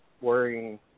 worrying